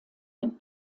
mit